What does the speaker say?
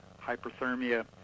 hyperthermia